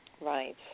Right